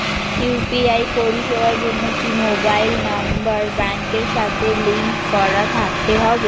UPI পরিষেবার জন্য কি মোবাইল নাম্বার ব্যাংকের সাথে লিংক করা থাকতে হবে?